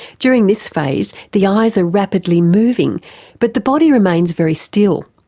during this phase the eyes are rapidly moving but the body remains very still.